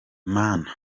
mana